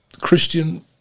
Christian